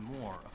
more